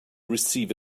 receive